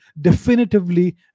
definitively